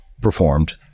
performed